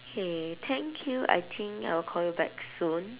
K thank you I think I will call you back soon